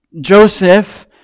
Joseph